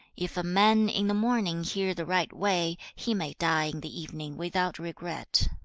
if a man in the morning hear the right way, he may die in the evening without regret